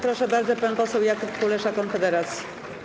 Proszę bardzo, pan poseł Jakub Kulesza, Konfederacja.